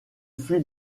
fut